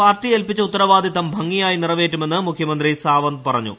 party ഏൽപിച്ച ഉത്തരവാദിത്തം ഭംഗിയായി നിറവേറ്റുമെന്ന് മുഖ്യമന്ത്രി സാവന്ത് പറഞ്ഞു